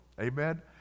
Amen